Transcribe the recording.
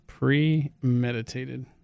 Premeditated